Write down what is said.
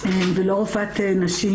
רופאת נשים,